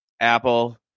Apple